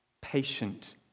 patient